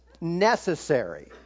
necessary